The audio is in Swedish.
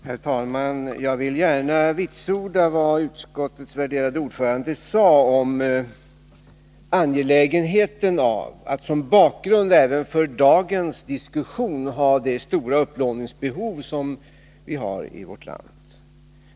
Herr talman! Jag vill gärna vitsorda vad utskottets värderade ordförande = beslutet om sade om angelägenheten av att som bakgrund även för dagens diskussion ha det stora upplåningsbehovet i vårt land.